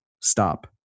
stop